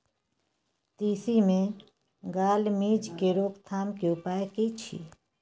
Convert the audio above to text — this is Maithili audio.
तिसी मे गाल मिज़ के रोकथाम के उपाय की छै?